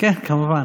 כבוד